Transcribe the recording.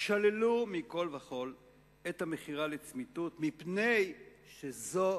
שללו מכול וכול את המכירה לצמיתות, מפני שזו